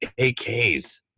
AKs